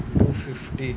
two fifty